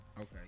okay